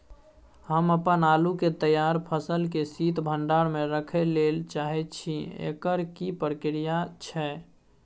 हम अपन आलू के तैयार फसल के शीत भंडार में रखै लेल चाहे छी, एकर की प्रक्रिया छै?